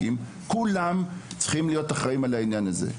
כולם צריכים להיות אחראים על העניין הזה.